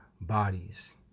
bodies